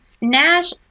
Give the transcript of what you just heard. Nash